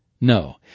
No